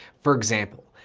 for example,